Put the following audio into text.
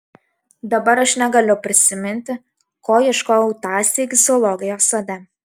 dabar aš negaliu prisiminti ko ieškojau tąsyk zoologijos sode